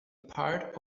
part